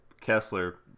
Kessler